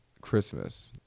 Christmas